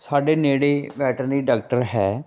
ਸਾਡੇ ਨੇੜੇ veterinary doctor ਹੈ